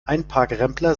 einparkrempler